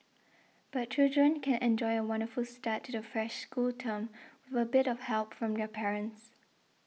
but children can enjoy a wonderful start to the fresh school term with a bit of help from their parents